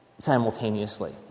simultaneously